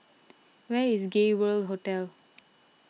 where is Gay World Hotel